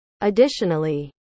Additionally